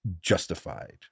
justified